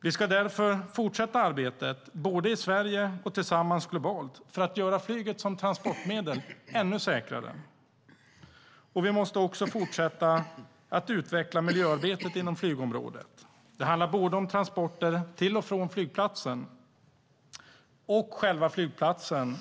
Vi ska därför fortsätta arbetet såväl i Sverige som tillsammans globalt för att göra flyget som transportmedel ännu säkrare. Vi måste också fortsätta att utveckla miljöarbetet inom flygområdet. Det handlar både om transporter till och från flygplatsen och om själva flygplatsen.